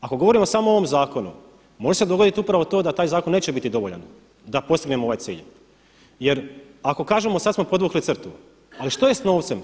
Ako govorimo samo o ovom zakunu može se dogoditi upravo to da taj zakon neće biti dovoljan da postignemo ovaj cilj jer ako kažemo sada smo podvukli crtu, ali što je s novcem?